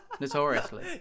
Notoriously